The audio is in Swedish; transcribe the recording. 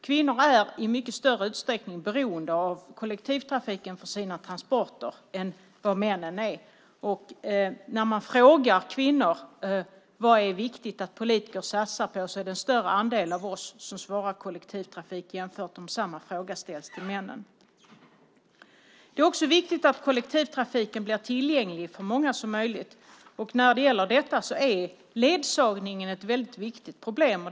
Kvinnor är i mycket större utsträckning beroende av kollektivtrafiken för sina transporter än vad männen är. När man frågar kvinnor vad som är viktigt att politiker satsar på är det en större andel av oss som svarar kollektivtrafik jämfört med om samma fråga ställs till männen. Det är också viktigt att kollektivtrafiken blir tillgänglig för så många som möjligt. Här är ledsagningen ett väldigt viktigt problem.